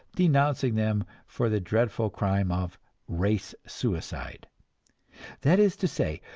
denouncing them for the dreadful crime of race suicide that is to say,